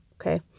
Okay